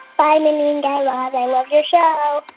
bye, mindy and guy raz. i love your show